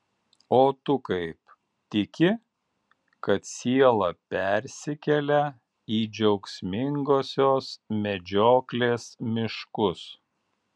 o tu kaip tiki kad siela persikelia į džiaugsmingosios medžioklės miškus